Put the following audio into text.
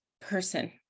person